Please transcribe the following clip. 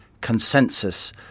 consensus